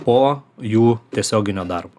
po jų tiesioginio darbo